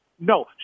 No